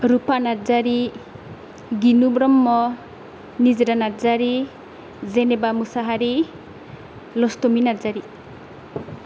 Rupa Narzary Ginu Brahma Nijora Narzary Jeneba Mushahary Nastomi Narzary